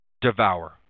devour